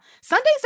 Sundays